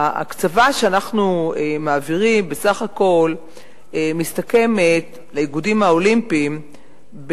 ההקצבה שאנחנו מעבירים בסך הכול מסתכמת באיגודים האולימפיים,